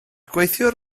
gweithiwr